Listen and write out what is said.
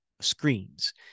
screens